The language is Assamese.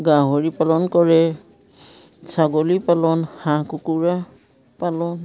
গাহৰি পালন কৰে ছাগলী পালন হাঁহ কুকুৰা পালন